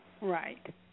Right